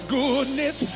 goodness